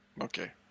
okay